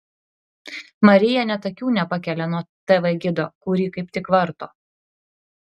marija net akių nepakelia nuo tv gido kurį kaip tik varto